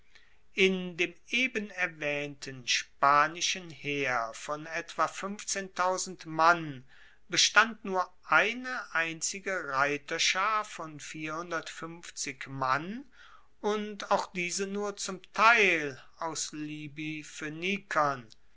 in dem eben erwaehnten spanischen heer von etwa mann bestand nur eine einzige reiterschar von mann und auch diese nur zum teil aus libyphoenikern